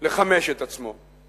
לחמש את עצמו.